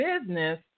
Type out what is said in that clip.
business